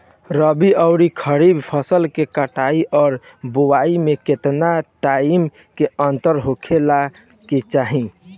रबी आउर खरीफ फसल के कटाई और बोआई मे केतना टाइम के अंतर होखे के चाही?